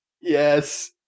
yes